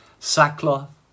sackcloth